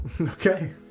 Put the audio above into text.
okay